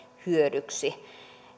hyödyksi